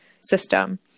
system